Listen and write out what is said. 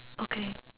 okay